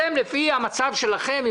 לפי המצב שלכם,